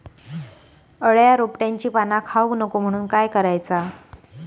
अळ्या रोपट्यांची पाना खाऊक नको म्हणून काय करायचा?